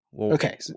Okay